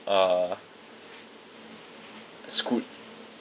uh scoot